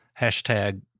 hashtag